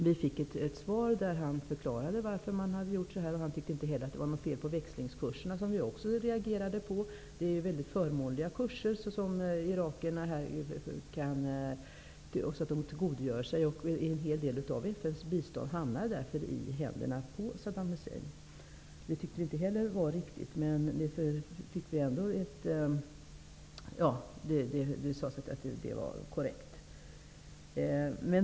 Vi fick ett svar där han förklarade varför man hade gjort på det här sättet. Han tyckte inte att det var något fel på växelkurserna, som vi också reagerade på. Kurserna är mycket förmånliga, och irakerna kan tillgodogöra sig detta. En hel del av FN:s bistånd hamnar därför i händerna på Saddam Hussein. Det tyckte vi inte heller var riktigt. Det sades att det var korrekt.